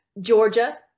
Georgia